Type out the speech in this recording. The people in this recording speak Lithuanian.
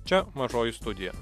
čia mažoji studija